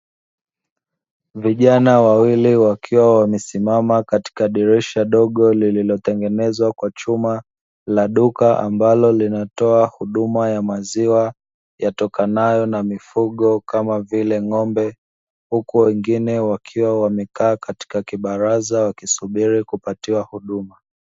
Vijana wawili wakiwa wamesimama katika dirisha dogo lililotengenezwa kwa chuma, la duka ambalo linatoa huduma ya maziwa yatokanayo na mifugo kama vile ng'ombe, huku wengine wakiwa wamekaa katika kibaraza wakisubiri kupatiwa huduma.